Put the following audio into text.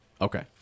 Okay